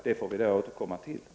Vi får då återkomma till detta.